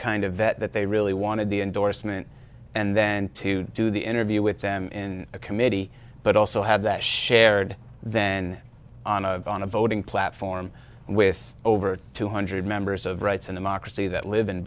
kind of vet that they really wanted the endorsement and then to do the interview with them in a committee but also have that shared then on a on a voting platform with over two hundred members of rights and democracy that live in